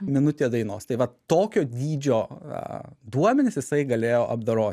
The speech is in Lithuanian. minutė dainos tai vat tokio dydžio duomenis jisai galėjo apdoroti